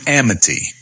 amity